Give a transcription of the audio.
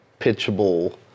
pitchable